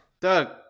Doug